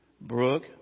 Brooke